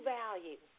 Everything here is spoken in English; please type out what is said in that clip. value